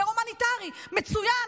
בושה וחרפה.